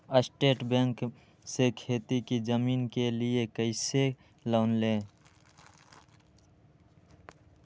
State bank से खेती की जमीन के लिए कैसे लोन ले?